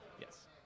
Yes